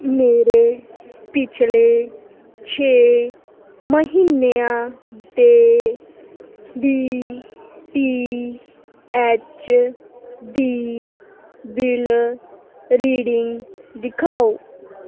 ਮੇਰੇ ਪਿਛਲੇ ਛੇ ਮਹੀਨਿਆਂ ਦੇ ਡੀ ਟੀ ਐਚ ਦੀ ਬਿੱਲ ਰੀਡਿੰਗ ਦਿਖਾਓ